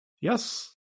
Yes